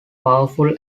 powerful